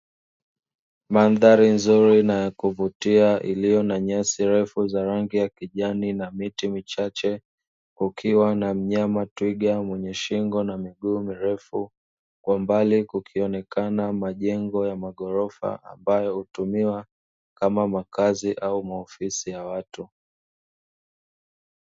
Mandhari nzuri na ya kuvutia, yenye nyasi refu za rangi ya kijani na miti michache, kukiwa na mnyama twiga mwenye shingo na miguu mirefu; kwa mbali kukionekana majengo ya maghorofa ambayo hutumiwa kama makazi au maofisi ya watu.